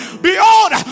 Behold